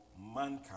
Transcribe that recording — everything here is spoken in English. mankind